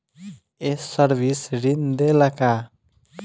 ये सर्विस ऋण देला का?